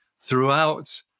throughout